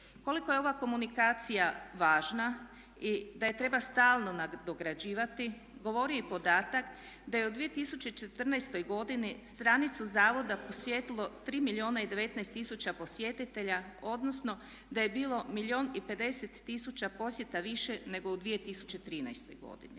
Koliko je ova komunikacija važna i da je treba stalno nadograđivati govori i podatak da je u 2014. godini stranicu zavoda posjetilo 3 milijuna i 19 tisuća posjetitelja, odnosno da je bilo milijun i 50 tisuća posjeta više nego u 2013. godini.